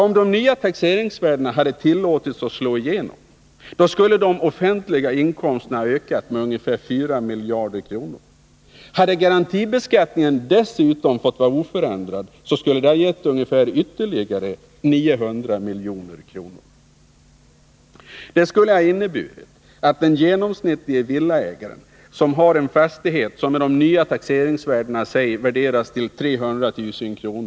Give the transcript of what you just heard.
Om de nya taxeringsvärdena hade tillåtits att slå igenom, skulle de offentliga inkomsterna ha ökat med ungefär 4 miljarder kronor. Hade garantibeskattningen dessutom lämnats oförändrad hade den gett ytterligare 900 miljoner. Det skulle ha inneburit att den genomsnittlige villaägaren som har en fastighet, som med de nya taxeringsvärdena värderats till 300 000 kr.